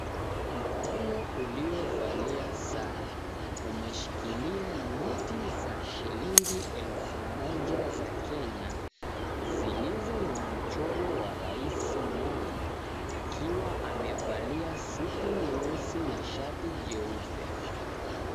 Mkono uliovalia saa .Umeshikilia noti za shilingi elfu moja za Kenya .Zilizo na mchoro wa raisi Moi. Akiwa amevalia suti nyeusi na shati jeupe.